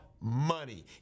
money